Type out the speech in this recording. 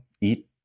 Eat